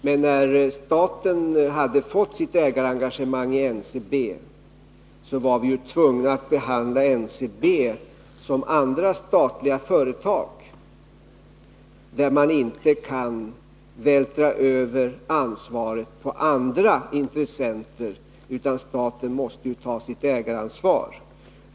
Men när staten hade fått sitt ägarengagemang i NCB, var vi ju tvungna att behandla NCB som andra statliga företag, där man inte kan vältra över ansvaret på andra intressenter. Staten måste ju ta sitt ägaransvar.